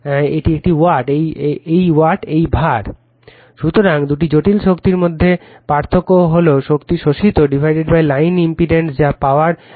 এই ওয়াট এই Var সুতরাং দুটি জটিল শক্তির মধ্যে পার্থক্য হল শক্তি শোষিত লাইন ইম্পিডেন্স যা পাওয়ার লস